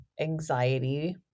anxiety